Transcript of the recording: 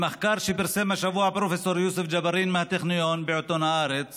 במחקר שפרסם השבוע פרופ' יוסף ג'בארין מהטכניון בעיתון הארץ